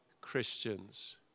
Christians